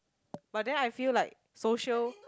but then I feel like social